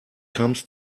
comes